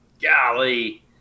golly